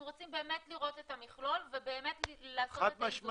רוצים באמת לראות את המכלול ובאמת ל --- חד משמעית.